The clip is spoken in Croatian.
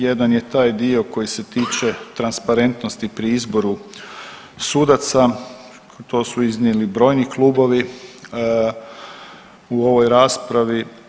Jedan je taj dio koji se tiče transparentnosti pri izboru sudaca, to su iznijeli brojni klubovi u ovoj raspravi.